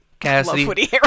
Cassidy